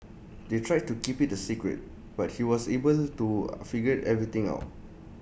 they tried to keep IT A secret but he was able to figure everything out